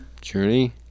Journey